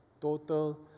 total